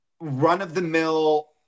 run-of-the-mill